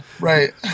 right